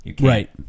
Right